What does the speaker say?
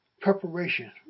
preparation